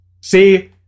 see